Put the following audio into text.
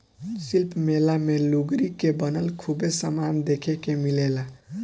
शिल्प मेला मे लुगरी के बनल खूबे समान देखे के मिलेला